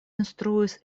instruis